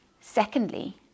Secondly